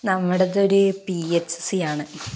നമ്മുടെ അത് ഒരു പി എച്ച് സി ആണ്